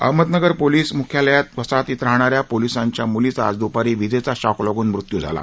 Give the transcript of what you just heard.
Ahmednagar police मुख्यालयातील वसाहतीत राहणाऱ्या पोलिसाच्या मुलीचा आज दूपारी विजेचा शॉक लागून मृत्यू झाला